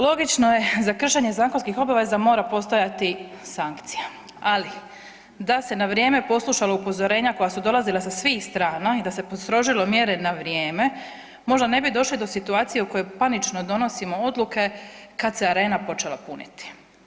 Logično je za kršenje zakonskih obaveza mora postojati sankcija, ali da se na vrijeme poslušalo upozorenja koja su dolazila sa svih strana i da se postrožilo mjere na vrijeme, možda ne bi došli do situacije u kojoj panično donosimo odluke kad se Arena počela puniti.